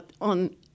on